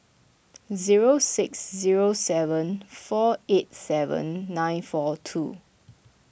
zero six zero seven four eight seven nine four two